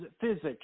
physics